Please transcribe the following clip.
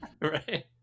Right